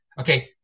okay